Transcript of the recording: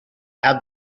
add